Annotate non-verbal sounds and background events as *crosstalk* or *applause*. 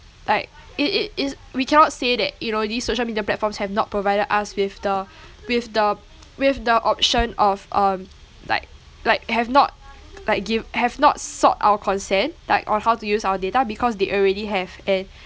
like it it is we cannot say that you know these social media platforms have not provided us with the *breath* with the with the option of um like like have not like giv~ have not sought our consent like on how to use our data because they already have and